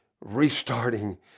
restarting